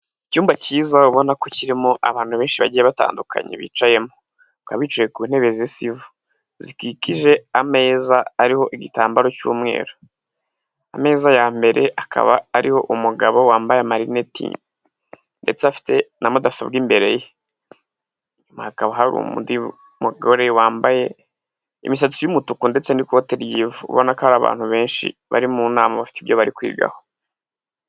Icyumba cyiza ubona ko kirimo abantu benshi bagiye batandukanye bicayemo baka bicaye ku ntebe z'isa ivu, zikikije ameza ariho igitambaro cy'umweru, ameza ya mbere akaba ariho umugabo wambaye amarineti ndetse afite na mudasobwa imbere ye, hakaba hari undi mugore wambaye imisatsi y'umutuku ndetse n'ikote ubona ko hari abantu benshi bari mu nama bafite ibyo bari kwigaho.